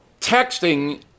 texting